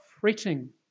fretting